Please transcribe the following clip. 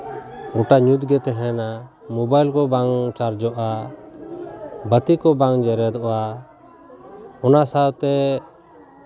ᱜᱳᱴᱟ ᱧᱩᱛᱜᱮ ᱛᱟᱦᱮᱱᱟ ᱢᱳᱵᱟᱭᱤᱞ ᱠᱚ ᱵᱟᱝ ᱪᱟᱨᱚᱡᱚᱜᱼᱟ ᱵᱟᱹᱛᱤ ᱠᱚ ᱵᱟᱝ ᱡᱮᱨᱮᱫᱚᱜᱼᱟ ᱚᱱᱟ ᱥᱟᱶᱛᱮ